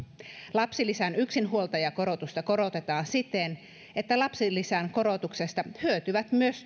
lapsilisän yksinhuoltajakorotusta korotetaan siten että lapsilisän korotuksesta hyötyvät myös